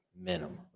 minimum